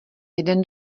jeden